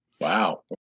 wow